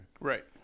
Right